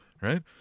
right